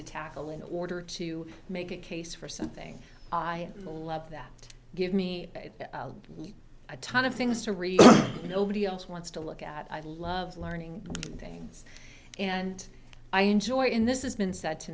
to tackle in order to make a case for something i love that give me a ton of things to read nobody else wants to look at i love learning things and i enjoy it in this is been said to